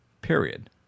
Period